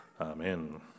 Amen